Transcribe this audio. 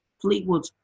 Fleetwood